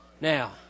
Now